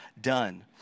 done